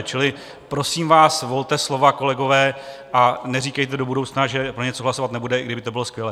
Čili prosím vás, volte slova, kolegové, a neříkejte do budoucna, že pro něco hlasovat nebudete, i kdyby to bylo skvělé.